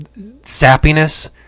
sappiness